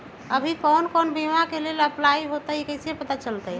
अभी कौन कौन बीमा के लेल अपलाइ होईत हई ई कईसे पता चलतई?